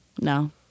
No